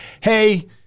hey